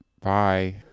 Bye